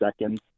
seconds